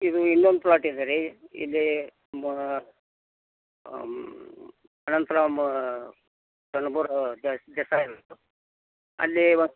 ಇದು ಇನ್ನೊಂದು ಪ್ಲಾಟ್ ಇದೆ ರೀ ಇಲ್ಲಿ ಮಾ ಅನಂತ ರಾಮ್ ಕಲ್ಬರ್ ದೇಸಾಯಿ ಅಲ್ಲಿ ಒ